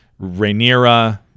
Rhaenyra